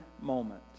moment